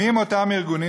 ומיהם אותם ארגונים?